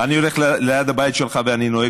אני הולך ליד הבית שלך ונוהג?